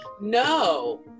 No